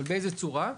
אבל באיזה צורה?